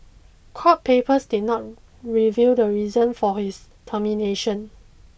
court papers did not reveal the reason for his termination